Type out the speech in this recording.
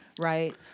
Right